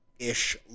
ish